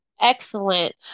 excellent